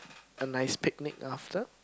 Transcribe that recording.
a nice picnic after